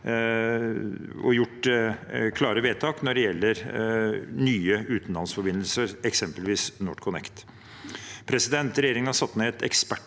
også fattet klare vedtak når det gjelder nye utenlandsforbindelser, eksempelvis NorthConnect. Regjeringen har satt ned et ekspertutvalg